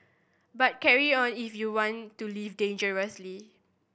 but carry on if you want to live dangerously